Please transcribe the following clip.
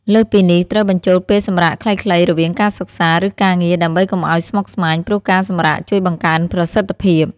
លើសពីនេះ ត្រូវបញ្ចូលពេលសម្រាកខ្លីៗរវាងការសិក្សា ឬការងារ ដើម្បីកុំឲ្យស្មុគស្មាញ ព្រោះការសម្រាកជួយបង្កើនប្រសិទ្ធភាព។